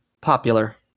popular